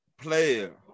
player